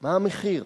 מה המחיר?